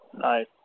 nice